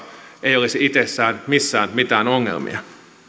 ei olisi itsessään missään mitään ongelmia